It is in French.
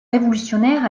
révolutionnaire